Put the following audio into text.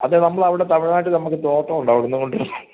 അതെ നമ്മൾ അവിടെ തമിഴ്നാട്ടിൽ നമുക്ക് തോട്ടമുണ്ട് അവിടെ നിന്നു കൊണ്ടു വരും